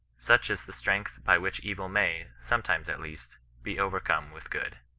such is the strength by which evil may, sometimes at least, be overcome with. good.